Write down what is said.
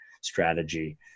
strategy